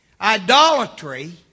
Idolatry